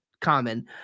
common